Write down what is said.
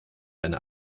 eine